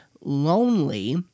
lonely